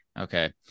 Okay